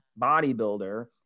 bodybuilder